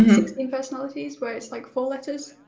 sixteen personalities where it is, like, four letters.